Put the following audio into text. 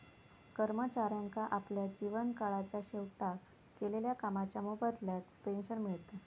कर्मचाऱ्यांका आपल्या जीवन काळाच्या शेवटाक केलेल्या कामाच्या मोबदल्यात पेंशन मिळता